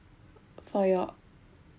for your